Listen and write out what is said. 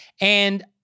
And-